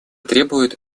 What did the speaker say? требует